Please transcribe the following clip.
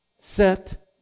set